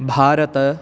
भारतम्